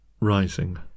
rising